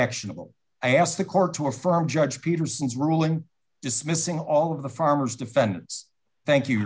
actionable i asked the court to affirm judge peterson's rule in dismissing all of the farmers defendants thank you